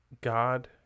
God